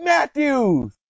Matthews